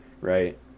right